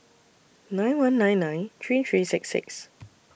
nine one nine nine three three six six